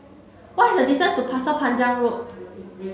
what is the distance to Pasir Panjang Road